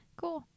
cool